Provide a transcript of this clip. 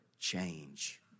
change